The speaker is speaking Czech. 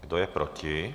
Kdo je proti?